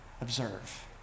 observe